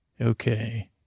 Okay